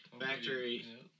factory